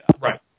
right